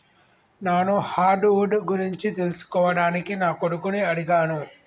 నాను hardwood గురించి తెలుసుకోవడానికి నా కొడుకుని అడిగాను